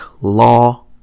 law